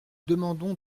demandons